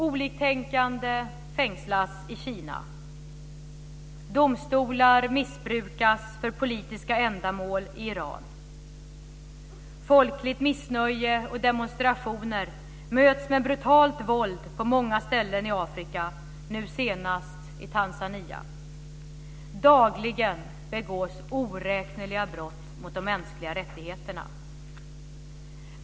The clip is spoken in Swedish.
Oliktänkande fängslas i Kina. Domstolar missbrukas för politiska ändamål i Iran. Folkligt missnöje och demonstrationer möts med brutalt våld på många ställen i Afrika, och nu senast i Tanzania. Dagligen begås oräkneliga brott mot de mänskliga rättigheterna.